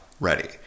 Ready